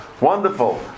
wonderful